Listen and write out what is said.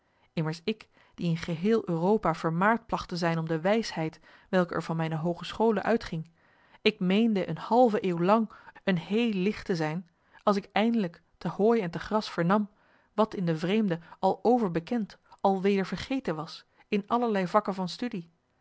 immers ik die in geheel europa vermaard plagt te zijn om de wijsheid welke er van mijne hoogescholen uitging ik meende eene halve eeuw lang een heel licht te zijn als ik eindelijk te hooi en te gras vernam wat in den vreemde al overbekend al weder vergeten was in allerlei vakken van studie